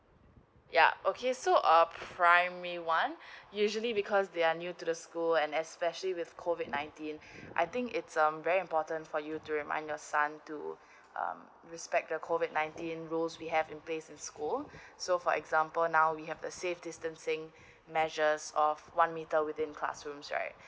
ya okay so a primary one usually because they are new to the school and especially with COVID 19 I think it's um very important for you to remind your son to uh respect the COVID 19 rules we have in place in school so for example now we have a safe distancing measures of one meter within classrooms right